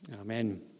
amen